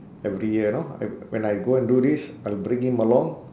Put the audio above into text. every year know I when I go and do this I'll bring him along